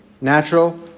natural